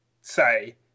say